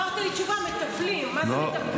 ענית לי תשובה שמטפלים, מה זה "מטפלים"?